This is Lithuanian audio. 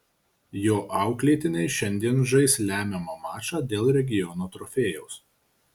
jo auklėtiniai šiandien žais lemiamą mačą dėl regiono trofėjaus